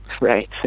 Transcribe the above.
Right